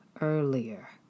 earlier